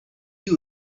you